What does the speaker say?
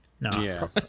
No